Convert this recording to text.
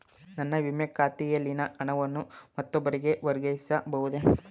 ನನ್ನ ವಿಮೆ ಖಾತೆಯಲ್ಲಿನ ಹಣವನ್ನು ಮತ್ತೊಬ್ಬರಿಗೆ ವರ್ಗಾಯಿಸ ಬಹುದೇ?